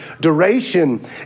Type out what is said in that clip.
Duration